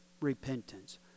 repentance